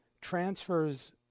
transfers